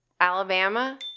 Alabama